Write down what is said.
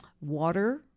water